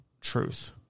truth